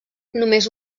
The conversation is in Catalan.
només